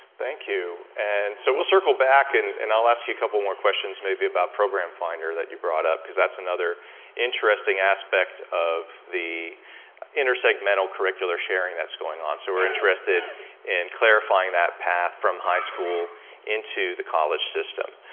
thank you. and so, we'll circle back and and i'll ask you a couple more questions, maybe about program finder that you brought up, because that's another interesting aspect of the intersegmental curricular sharing that's going on, so we're interested in clarifying that path from high school into the college system.